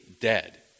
dead